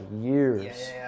years